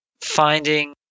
finding